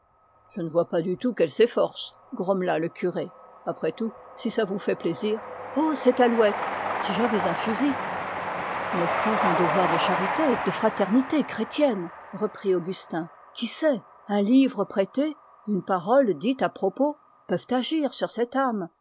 je ne vois pas du tout qu'elle s'efforce grommela le curé après tout si ça vous fait plaisir oh cette alouette si j'avais un fusil n'est-ce pas un devoir de charité chrétienne qui sait un livre prêté une parole dite à propos peuvent agir sur cette âme